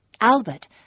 Albert